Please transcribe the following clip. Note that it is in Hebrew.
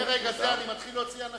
טוב, מרגע זה אני מתחיל להוציא אנשים.